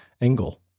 angle